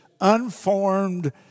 unformed